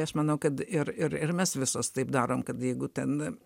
aš manau kad ir ir ir mes visos taip darom kad jeigu ten